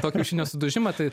to kiaušinio sudužimą tai